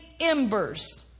embers